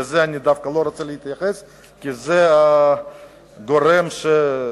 לזה אני דווקא לא רוצה להתייחס כי זה גורם לא